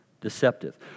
deceptive